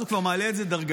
אז הוא כבר מעלה את זה דרגה.